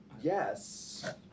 Yes